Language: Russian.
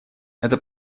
это